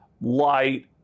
light